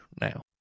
now